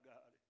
God